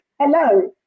Hello